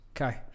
Okay